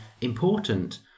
important